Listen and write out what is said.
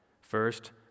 First